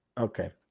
Okay